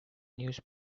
news